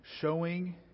showing